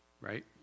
right